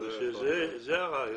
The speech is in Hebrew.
זה הרעיון.